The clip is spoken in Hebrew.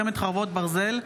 חרבות ברזל)